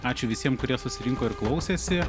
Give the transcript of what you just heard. ačiū visiem kurie susirinko ir klausėsi